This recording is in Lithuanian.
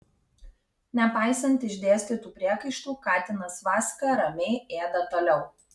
nepaisant išdėstytų priekaištų katinas vaska ramiai ėda toliau